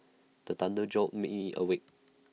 the thunder jolt me awake